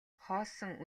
хоосон